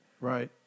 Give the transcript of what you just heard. Right